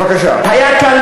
ועובדה,